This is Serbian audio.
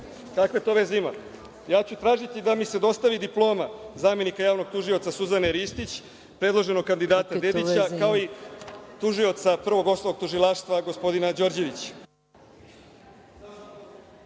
Kakve to veze ima? Ja ću tražiti da mi se dostavi diploma zamenika javnog tužioca Suzane Ristić, predloženog kandidata Dedića, kao i tužioca Prvog osnovnog tužilaštva, gospodina Đorđevića.